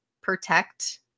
protect